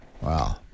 Wow